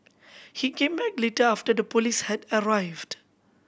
he came back later after the police had arrived